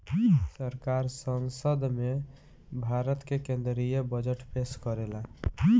सरकार संसद में भारत के केद्रीय बजट पेस करेला